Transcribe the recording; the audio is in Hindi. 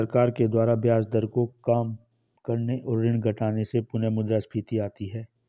सरकार के द्वारा ब्याज दर को काम करने और ऋण घटाने से पुनःमुद्रस्फीति आती है